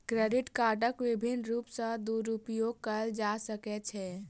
credit कार्डक विभिन्न रूप सॅ दुरूपयोग कयल जा सकै छै